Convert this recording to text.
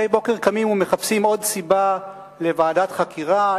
מדי בוקר קמים ומחפשים עוד סיבה לוועדת חקירה,